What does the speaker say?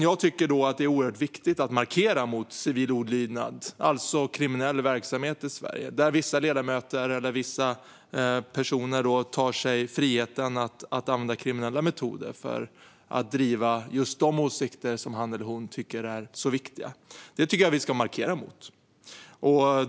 Jag tycker att det är oerhört viktigt att markera mot civil olydnad, alltså kriminell verksamhet, i Sverige. Det handlar om att vissa personer tar sig friheten att använda kriminella metoder för att driva de åsikter som just han eller hon tycker är viktiga. Det tycker jag att vi ska markera emot.